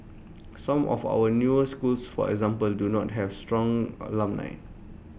some of our newer schools for example do not have strong alumni